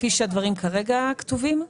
כפי שהדברים כתובים כרגע?